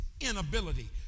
inability